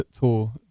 tour